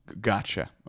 Gotcha